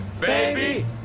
baby